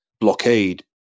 blockade